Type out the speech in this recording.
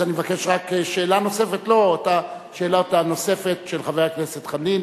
אז אני מבקש רק שאלה נוספת לחבר הכנסת דב חנין.